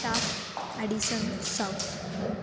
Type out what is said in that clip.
taft addison south